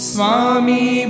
Swami